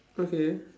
okay